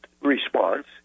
response